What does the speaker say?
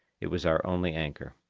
it was our only anchor.